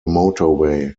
motorway